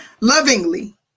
lovingly